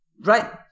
right